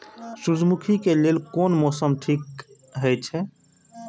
सूर्यमुखी के लेल कोन मौसम ठीक हे छे?